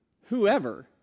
Whoever